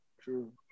true